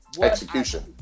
execution